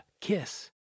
KISS